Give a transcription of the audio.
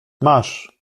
masz